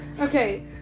Okay